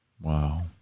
Wow